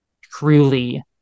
truly